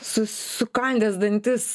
su sukandęs dantis